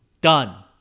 Done